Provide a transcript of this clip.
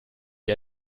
wie